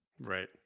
Right